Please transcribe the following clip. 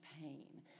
pain